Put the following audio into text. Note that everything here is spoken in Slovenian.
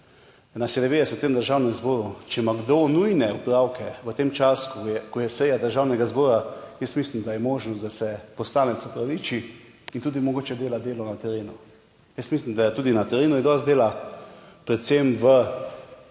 nas je 90 v tem Državnem zboru, če ima kdo nujne opravke v tem času, ko je seja Državnega zbora. Jaz mislim, da je možnost, da se poslanec opraviči in tudi mogoče dela, delo na terenu, jaz mislim, da je tudi na terenu je dosti dela, predvsem